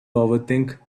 overthink